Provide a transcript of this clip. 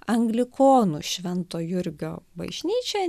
anglikonų švento jurgio bažnyčią